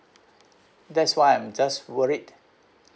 that's why I'm just worried